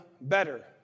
better